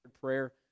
prayer